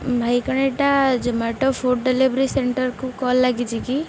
ଭାଇ କ'ଣ ଏଇଟା ଜୋମାଟୋ ଫୁଡ଼୍ ଡେଲିଭରି ସେଣ୍ଟର୍କୁ କଲ୍ ଲାଗିଛି କି